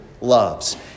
Loves